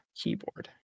keyboard